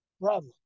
brother